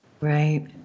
Right